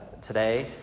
today